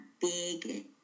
big